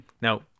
Now